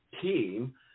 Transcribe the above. team